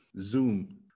Zoom